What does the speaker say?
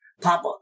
Papa